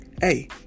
Hey